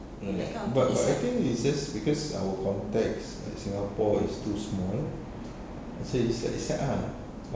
ya but but I think it's just because our context like singapore is too small I say it's like ah